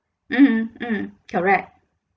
mm mm correct